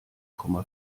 komma